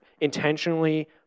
intentionally